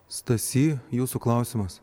stasy jūsų klausimas